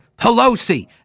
Pelosi